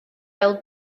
fel